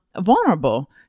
vulnerable